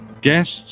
Guests